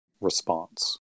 response